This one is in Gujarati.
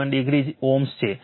87o Ω છે